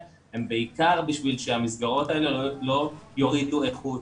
היא בעיקר כדי שהמסגרות האלה לא יורידו איכות.